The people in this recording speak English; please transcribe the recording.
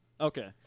Okay